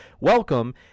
Welcome